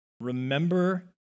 remember